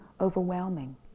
overwhelming